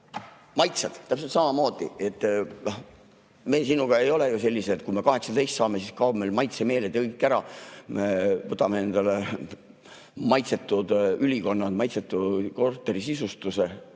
Maitsetega on täpselt samamoodi. Meie sinuga ei ole ju sellised, et kui 18 saame, siis kaob meil maitsemeel ära. Valime endale maitsetud ülikonnad, maitsetu korterisisustuse.